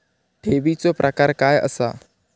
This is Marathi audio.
ठेवीचो प्रकार काय असा?